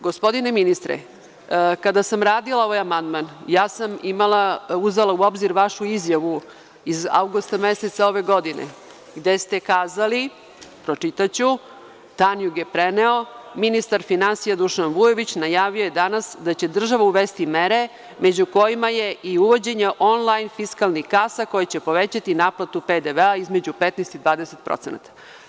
Gospodine ministre, kada sam radila ovaj amandman ja sam uzela u obzir vašu izjavu iz avgusta meseca ove godine, gde ste kazali, a Tanjug je preneo, pročitaću – ministar finansija Dušan Vujović najavio je danas da će država uvesti mere među kojima je i uvođenje onlajn fiskalnih kasa koje će povećati naplatu PDV između 15 i 20 procenata.